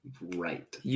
Right